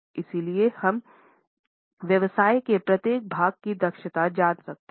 इसलिए हम व्यवसाय के प्रत्येक भाग की दक्षता जान सकते हैं